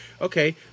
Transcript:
okay